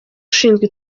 ushinzwe